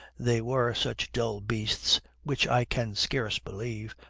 they were such dull beasts, which i can scarce believe,